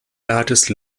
largest